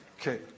Okay